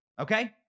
Okay